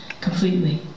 completely